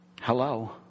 Hello